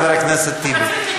חבר הכנסת טיבי.